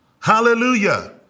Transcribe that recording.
Hallelujah